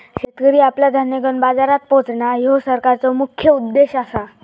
शेतकरी आपला धान्य घेवन बाजारात पोचणां, ह्यो सरकारचो मुख्य उद्देश आसा